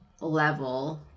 level